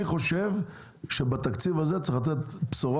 אני חושב שבתקציב הזה צריך לתת בשורה